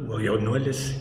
buvau jaunuolis